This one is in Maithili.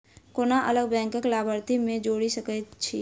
कोना अलग बैंकक लाभार्थी केँ जोड़ी सकैत छी?